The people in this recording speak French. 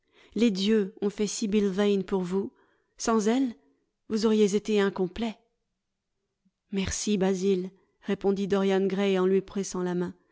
les dieux ont fait sibyl vane pour vous sans elle vous auriez été incomplet merci basil répondit dorian gray en lui pressant la main